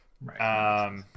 right